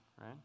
right